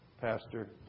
Pastor